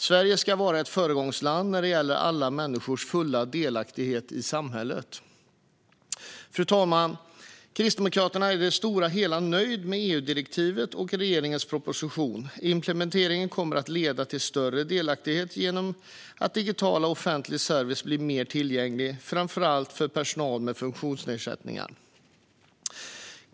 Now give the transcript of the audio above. Sverige ska vara ett föregångsland när det gäller alla människors fulla delaktighet i samhället. Fru talman! Kristdemokraterna är i det stora hela nöjda med EU-direktivet och regeringens proposition. Implementeringen kommer att leda till större delaktighet genom att digital offentlig service blir mer tillgänglig, framför allt för personer med funktionsnedsättningar.